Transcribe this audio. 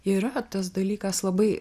yra tas dalykas labai